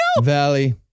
valley